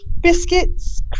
biscuits